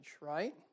right